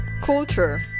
Culture